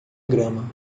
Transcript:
grama